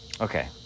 okay